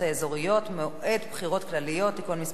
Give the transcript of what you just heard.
(מועד בחירות כלליות) (תיקון מס' 7),